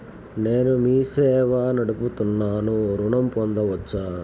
నేను మీ సేవా నడుపుతున్నాను ఋణం పొందవచ్చా?